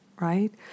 right